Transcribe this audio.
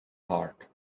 heart